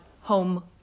home